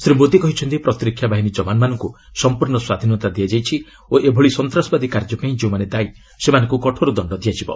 ଶ୍ରୀ ମୋଦି କହିଛନ୍ତି ପ୍ରତିରକ୍ଷା ବାହିନୀ ଯବାନମାନଙ୍କୁ ସଂପୂର୍ଣ୍ଣ ସ୍ୱାଧୀନତା ଦିଆଯାଇଛି ଓ ଏଭଳି ସନ୍ତ୍ରାସବାଦୀ କାର୍ଯ୍ୟ ପାଇଁ ଯେଉଁମାନେ ଦାୟୀ ସେମାନଙ୍କୁ କଠୋର ଦଣ୍ଡ ଦିଆଯିବ